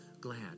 glad